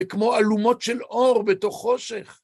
כמו אלומות של אור בתוך חושך.